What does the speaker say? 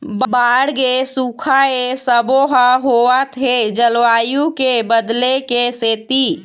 बाड़गे, सुखा ए सबो ह होवत हे जलवायु के बदले के सेती